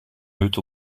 hut